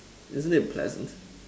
isn't it pleasant